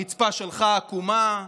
הרצפה שלך עקומה.